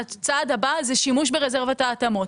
הצעד הבא זה שימוש ברזרבת ההתאמות.